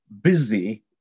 busy